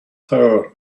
tower